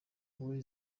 way